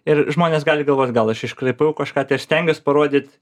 ir žmonės gali galvot gal aš iškraipau kažką tai aš stengiuos parodyt